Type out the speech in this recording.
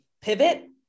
pivot